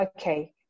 okay